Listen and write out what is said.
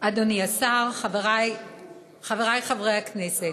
אדוני השר, חברי חברי הכנסת,